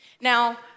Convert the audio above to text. Now